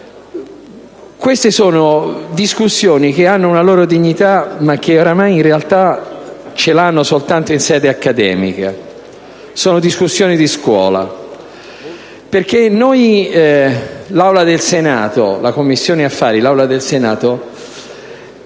Queste sono discussioni che hanno una loro dignità, ma che oramai in realtà ce l'hanno soltanto in sede accademica: sono discussioni di scuola. Invece noi, la Commissione affari costituzionali e l'Aula del Senato,